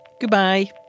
Goodbye